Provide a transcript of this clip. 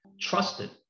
trusted